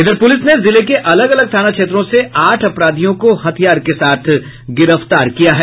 इधर पुलिस ने जिले के अलग अलग थाना क्षेत्रों से आठ अपराधियों को हथियार के साथ गिरफ्तार किया है